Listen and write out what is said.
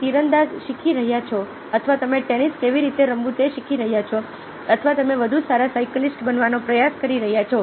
તીરંદાજી શીખી રહ્યાં છો અથવા તમે ટેનિસ કેવી રીતે રમવું તે શીખી રહ્યાં છો અથવા તમે વધુ સારા સાઇકલિસ્ટ બનવાનો પ્રયાસ કરી રહ્યાં છો